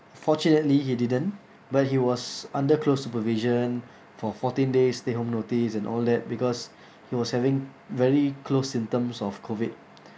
fortunately he didn't but he was under close supervision for fourteen days stay home notice and all that because he was having very close symptoms of COVID